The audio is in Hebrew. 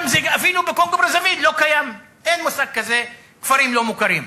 אפילו בקונגו-ברזוויל לא קיים ואין מושג כזה "כפרים לא מוכרים".